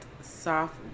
soft